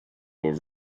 will